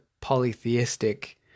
polytheistic